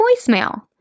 voicemail